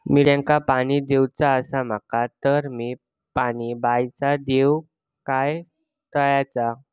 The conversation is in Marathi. मिरचांका पाणी दिवचा आसा माका तर मी पाणी बायचा दिव काय तळ्याचा?